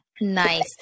Nice